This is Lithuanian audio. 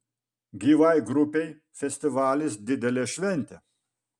gyvai grupei festivalis didelė šventė